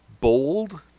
bold